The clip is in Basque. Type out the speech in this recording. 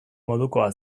modukoa